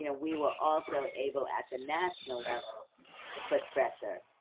you know we were also able at the national to put pressure.